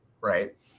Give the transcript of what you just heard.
Right